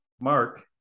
Mark